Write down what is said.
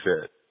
fit